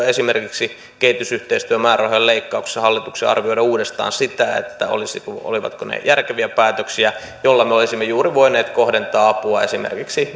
esimerkiksi kehitysyhteistyömäärärahojen leikkauksessa hallituksen arvioida uudestaan sitä olivatko ne järkeviä päätöksiä joilla me olisimme juuri voineet kohdentaa apua esimerkiksi